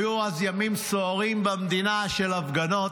היו אז ימים סוערים במדינה, של הפגנות.